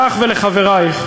לך ולחברייך.